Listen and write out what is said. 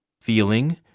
feeling